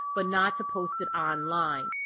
but not to post it online.